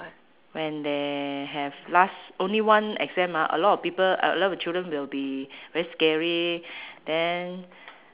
when they have last only one exam ah a lot of people a lot of children will be very scary then